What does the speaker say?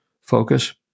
focus